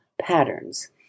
patterns